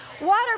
water